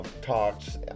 talks